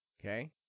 Okay